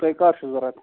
تۅہہِ کَر چھُو ضروٗرت